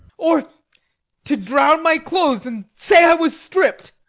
or to drown my clothes, and say i was stripp'd.